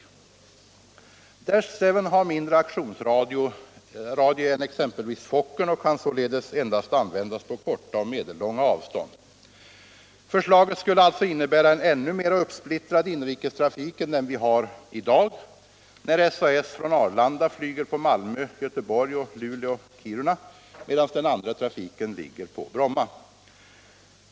Dash-seven har mindre aktionsradie än exempelvis Fokkern och kan således endast användas på korta och medellånga avstånd. Förslaget skulle alltså innebära en ännu mera uppsplittrad inrikestrafik än den vi har i dag, när SAS från Arlanda flyger på Malmö, Göteborg och Luleå-Kiruna, medan den andra trafiken ligger på Bromma.